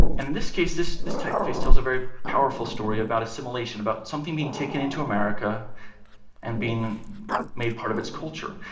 and in this case, this this typeface tells a very powerful story about assimilation, about something being taken into america and being made part of its culture.